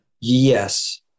Yes